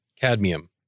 Cadmium